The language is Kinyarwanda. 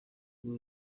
rwo